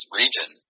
region